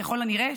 ככל הנראה,